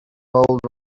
bold